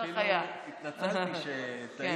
התנצלתי שטעיתי.